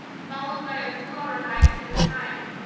followed by a two hour hike to the site.